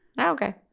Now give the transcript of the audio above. Okay